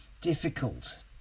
difficult